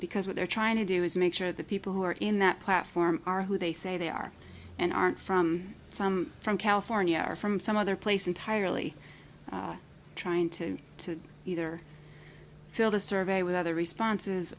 because what they're trying to do is make sure the people who are in that platform are who they say they are and aren't from some from california or from some other place entirely trying to to either fill the survey with other responses